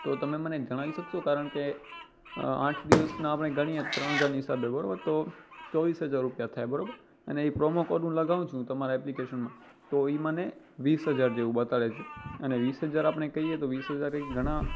તો તમે મને જણાવી શકશો કારણ કે આઠ દિવસનાં આપણે ગણીએ ત્રણ હજારની હિસાબે બરાબર તો ચોવીસ હજાર રૂપિયા થાય બરાબર અને એ પ્રોમો કોડ હું લગાવું છું તમારા એપ્લિકેશનમાં તો એ મને વીસ હજાર જેવું બતાવે છે અને વીસ હજાર આપણે કહીએ તો વીસ હજાર એ ઘણા